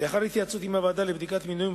לאחר התייעצות עם הוועדה לבדיקת מינויים,